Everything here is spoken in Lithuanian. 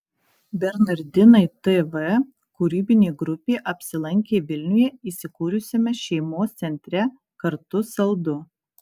bernardinai tv kūrybinė grupė apsilankė vilniuje įsikūrusiame šeimos centre kartu saldu